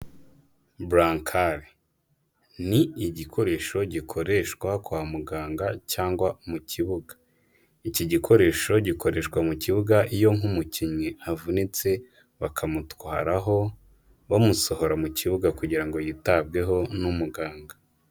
Burankari, ni igikoresho gikoreshwa kwa muganga cyangwa mu kibuga. iki gikoresho gikoreshwa mu kibuga iyo nk'umukinnyi avunitse bakamutwaraho bamusohora mu kibuga kugira ngo yitabweho n'umuganga.